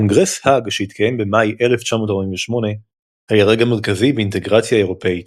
קונגרס האג שהתקיים במאי 1948 היה רגע מרכזי באינטגרציה האירופית,